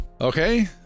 Okay